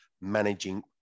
managing